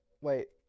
wait